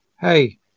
Hey